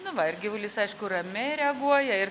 nu va ir gyvulys aišku ramiai reaguoja ir